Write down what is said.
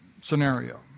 scenario